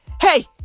Hey